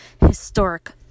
historic